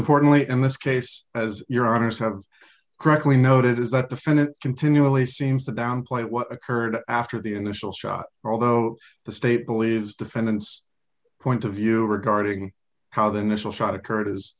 importantly in this case as your others have correctly noted is that defendant continually seems to downplay what occurred after the initial shot although the state believes defendant's point of view regarding how the initial shot occurred is